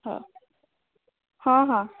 हाँ हाँ हाँ